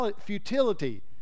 futility